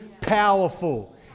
powerful